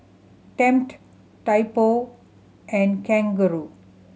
Tempt Typo and Kangaroo